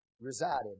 resided